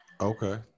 Okay